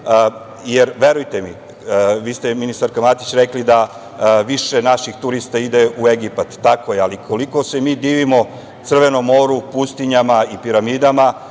saradnje. Verujte mi, vi ste, ministarka Matić, rekli da više naših turista ide u Egipat. Tako je, ali koliko se mi divimo crvenom moru, pustinjama i piramidama,